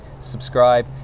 subscribe